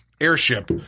Airship